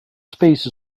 space